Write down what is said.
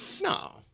no